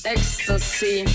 Ecstasy